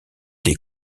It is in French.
des